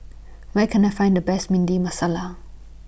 Where Can I Find The Best Masala